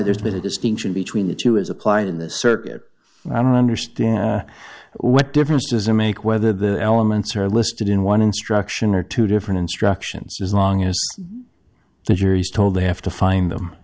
there's been a distinction between the two as applied in the circuit i don't understand what difference does it make whether the elements are listed in one instruction or two different instructions just long as the jury's told they have to find them